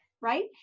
Right